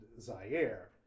Zaire